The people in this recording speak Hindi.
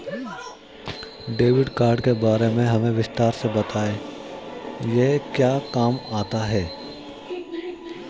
डेबिट कार्ड के बारे में हमें विस्तार से बताएं यह क्या काम आता है?